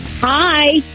Hi